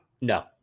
No